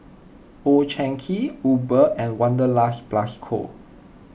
Old Chang Kee Uber and Wanderlust Plus Co